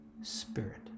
Spirit